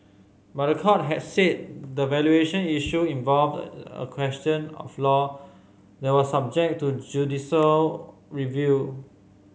but court had said the valuation issue involved a a question of law that was subject to judicial review